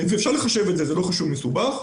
אפשר לחשב את זה, וזה לא חישוב מסובך.